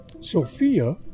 Sophia